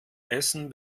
essen